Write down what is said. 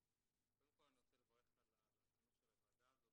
קודם כל אני רוצה לברך על הכינוס של הוועדה הזו,